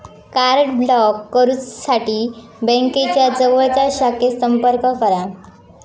card block करुसाठी बँकेच्या जवळच्या शाखेत संपर्क करा